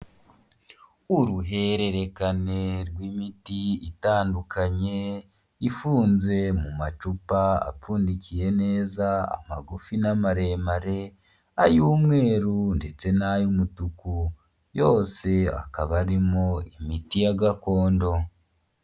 Uruhererekane rw'imiti itandukanye ifunze mu macupa apfundikiye neza amagufi n'amaremare, ay'umweru ndetse n'ay'umutuku, yose akaba arimo imiti ya gakondo.